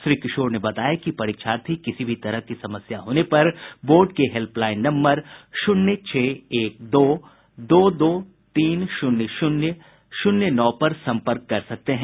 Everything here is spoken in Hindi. श्री किशोर ने बताया कि परीक्षार्थी किसी भी तरह की समस्या होने पर बोर्ड के हेल्पलाईन नम्बर शून्य छह एक दो दो दो तीन शून्य शून्य शून्य नौ पर संपर्क कर सकते हैं